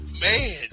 man